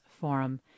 forum